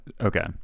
Okay